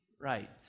right